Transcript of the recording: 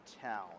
town